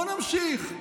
בואו נמשיך: